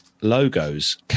logos